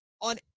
on